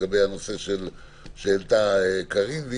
לגבי הנושא שהעלתה חברת הכנסת קארין אלהרר.